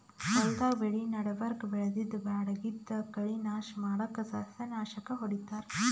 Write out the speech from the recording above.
ಹೊಲ್ದಾಗ್ ಬೆಳಿ ನಡಬರ್ಕ್ ಬೆಳ್ದಿದ್ದ್ ಬ್ಯಾಡಗಿದ್ದ್ ಕಳಿ ನಾಶ್ ಮಾಡಕ್ಕ್ ಸಸ್ಯನಾಶಕ್ ಹೊಡಿತಾರ್